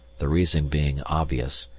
the reason being obvious,